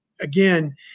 again